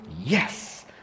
yes